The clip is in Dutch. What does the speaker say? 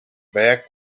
werk